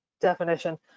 definition